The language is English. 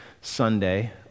Sunday